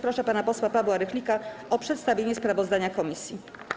Proszę pana posła Pawła Rychlika o przedstawienie sprawozdania komisji.